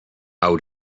out